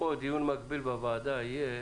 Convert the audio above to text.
אפרופו, דיון מקביל בוועדה יהיה